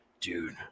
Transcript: dude